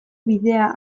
bidea